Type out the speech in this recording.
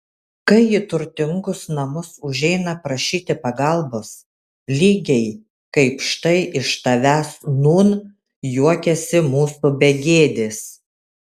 kai į turtingus namus užeina prašyti pagalbos lygiai kaip štai iš tavęs nūn juokiasi mūsų begėdės